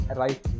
right